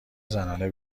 زنانه